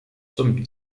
zum